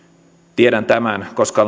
tiedän tämän koska